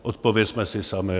Odpovězme si sami.